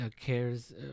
Cares